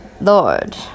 Lord